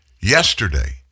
Yesterday